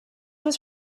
was